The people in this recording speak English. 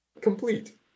complete